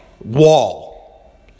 Wall